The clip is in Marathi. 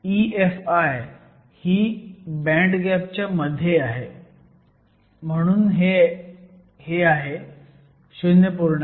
EFi ही बँड गॅपच्या मध्ये आहे म्हणून हे आहे 0